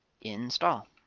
install